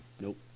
Nope